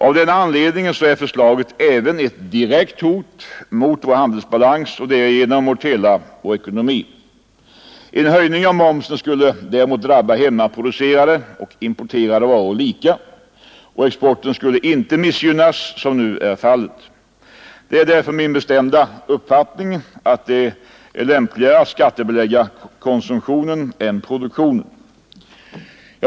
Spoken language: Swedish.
Av denna anledning är förslaget även ett direkt hot mot vår handelsbalans och därigenom mot hela vår ekonomi. En höjning av momsen skulle däremot drabba hemmaproducerade och importerade varor lika, och exporten skulle inte missgynnas som nu är fallet. Det är därför min bestämda uppfattning att det är lämpligare att skattebelägga konsumtion än produktion.